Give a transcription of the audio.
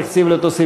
לשנת התקציב 2016,